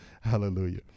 hallelujah